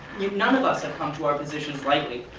none of us have come to our positions lightly.